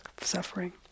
suffering